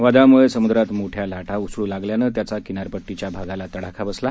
वादळामुळे समुद्रात मोठ्या लाटा उसळू लागल्यानं त्याचा किनारपट्टीच्या भागाला तडाखा बसला